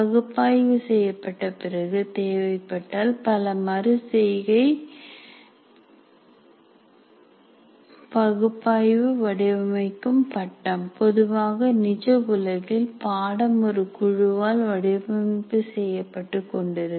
பகுப்பாய்வு செய்யப்பட்ட பிறகு தேவைப்பட்டால் பல மறு செய்கை பகுப்பாய்வு வடிவமைக்கும் பட்டம் பொதுவாக நிஜ உலகில் பாடம் ஒரு குழுவால் வடிவமைப்பு செய்யப்பட்டு கொண்டிருக்கும்